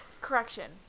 Correction